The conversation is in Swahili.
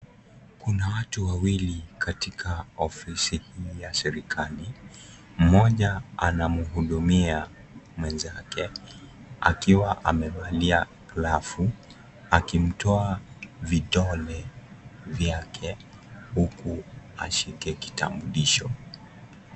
Kuna watu wawili katika ofisi hii ya serikali. Mmoja anamhudumia mwenzake akiwa amevalia glavu akimtoa vidole vyake huku ashike kitambulisho.